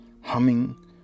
humming